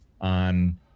on